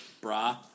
Bra